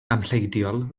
amhleidiol